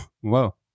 whoa